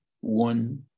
One